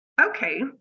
okay